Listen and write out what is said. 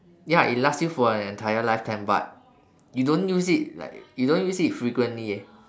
ya it lasts you for an entire lifetime but you don't use it like you don't use it frequently eh